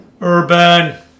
Urban